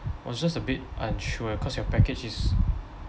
was just a bit unsure cause your package is